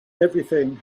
everything